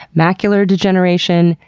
macular degeneration,